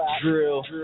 Drill